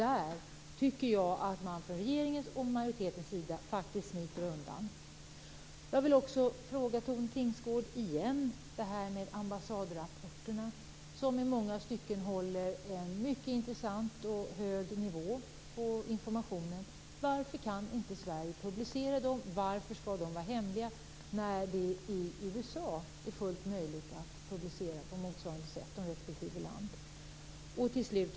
Där tycker jag att man från regeringens och majoritetens sida smiter undan. Jag vill också återigen fråga Tone Tingsgård om ambassadrapporterna, som i många stycken håller en mycket intressant och hög nivå på informationen. Varför kan inte Sverige publicera dem? Varför skall de vara hemliga, när det i USA är fullt möjligt att publicera dem från respektive land?